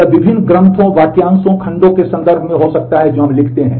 यह विभिन्न ग्रंथों वाक्यांशों खंडों के संदर्भ में होता है जो हम लिखते हैं